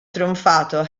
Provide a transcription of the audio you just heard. trionfato